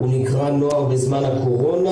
והוא נקרא נוער בזמן הקורונה.